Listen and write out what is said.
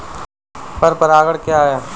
पर परागण क्या है?